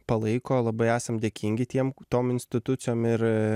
palaiko labai esam dėkingi tiem tom institucijom ir